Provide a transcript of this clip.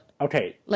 Okay